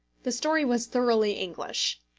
the story was thoroughly english.